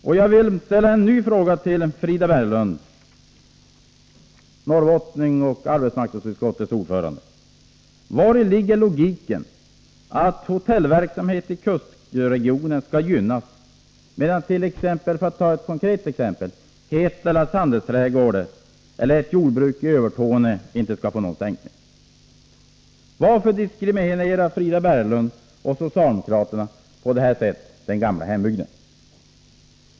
Och jag vill ställa en ny fråga till Frida Berglund: Vari ligger logiken att hotellverksamhet i kustregionen skall gynnas medan t.ex. Hietalas handelsträdgård eller ett jordbruk i Övertorneå inte får någon sänkning? Varför diskriminerar Frida Berglund på detta sätt sin gamla hembygd?